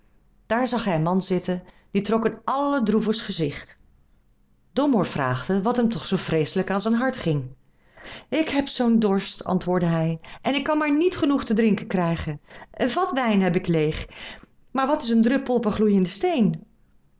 dààr zag hij een man zitten die trok een allerdroevigst gezicht domoor vraagde wat hem toch zoo vreeselijk aan zijn hart ging ik heb zoo'n dorst antwoordde hij en ik kan maar niet genoeg te drinken krijgen een vat wijn heb ik leeg maar wat is een druppel op een gloeienden steen